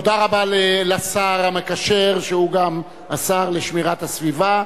תודה רבה לשר המקשר, שהוא גם השר לשמירת הסביבה.